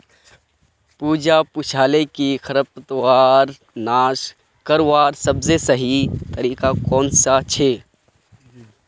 पूजा पूछाले कि खरपतवारक नाश करवार सबसे सही तरीका कौन सा छे